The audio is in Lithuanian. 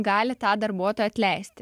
gali tą darbuotoją atleisti